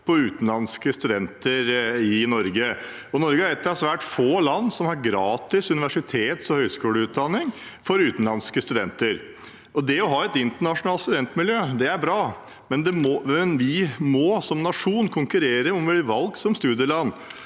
på utenlandske studenter i Norge. Norge er et av svært få land som har gratis universitets- og høyskoleutdanning for utenlandske studenter. Det å ha et internasjonalt studentmiljø er bra, men vi må som nasjon konkurrere om å bli valgt som studieland